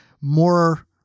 more